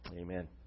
amen